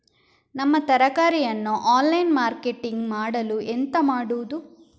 ನಮ್ಮ ತರಕಾರಿಯನ್ನು online marketing ಮಾಡಲು ಎಂತ ಮಾಡುದು?